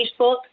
Facebook